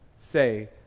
say